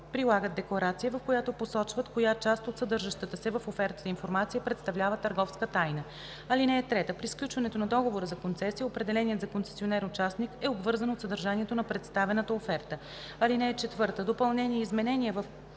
прилагат декларация, в която посочват коя част от съдържащата се в офертата информация представлява търговска тайна. (3) При сключването на договора за концесия определеният за концесионер участник е обвързан от съдържанието на представената оферта. (4) Допълнения и изменения в